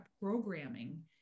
programming